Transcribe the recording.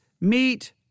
meet